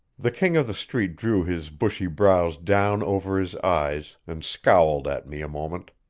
the king of the street drew his bushy brows down over his eyes and scowled at me a moment.